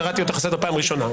קראתי אותך לסדר פעם ראשונה.